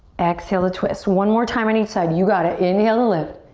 exhale to twist. one more time on each side. you got it. inhale to lift.